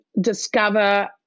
discover